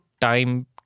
time